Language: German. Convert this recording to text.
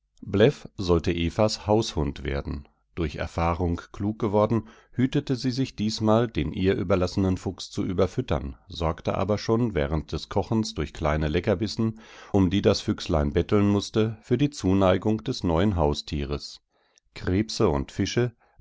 sollte evas haushund werden durch erfahrung klug geworden hütete sie sich diesmal den ihr überlassenen fuchs zu überfüttern sorgte aber schon während des kochens durch kleine leckerbissen um die das füchslein betteln mußte für die zuneigung des neues haustieres krebse und fische